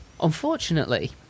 Unfortunately